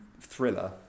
Thriller